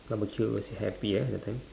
barbecue was happy at the time